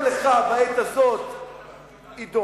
גם לך, בעת הזאת תידום.